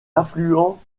affluent